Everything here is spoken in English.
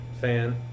fan